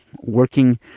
working